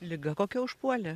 liga kokia užpuolė